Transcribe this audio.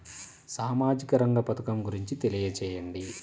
సామాజిక రంగ పథకం గురించి తెలియచేయండి?